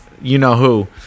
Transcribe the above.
You-Know-Who